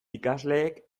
ikasleek